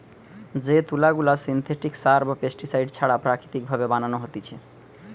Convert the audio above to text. যে তুলা গুলা সিনথেটিক সার বা পেস্টিসাইড ছাড়া প্রাকৃতিক ভাবে বানানো হতিছে